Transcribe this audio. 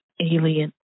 alien